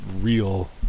real